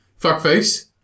Fuckface